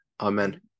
Amen